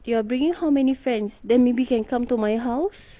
you are bringing how many friends then maybe can come to my house